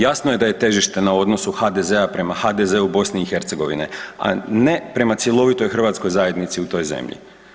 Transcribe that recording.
Jasno je da je težište na odnosu HDZ-a prema HDZ-u u BiH-u a ne prema cjelovitoj hrvatskoj zajednici u toj zemlji.